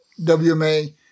WMA